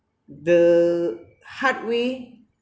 the hard way